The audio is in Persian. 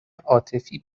عاطفی